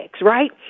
right